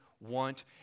want